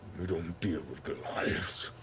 we don't deal with goliaths.